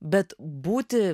bet būti